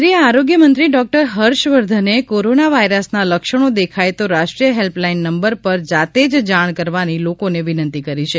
કેન્દ્રીય આરોગ્યમંત્રી ડોક્ટર હર્ષ વર્ધને કોરોના વાયરસના લક્ષણો દેખાય તો રાષ્ટ્રીય હેલ્પલાઈન નંબર પર જાતે જ જાણ કરવાની લોકોને વિનંતી કરી છે